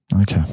Okay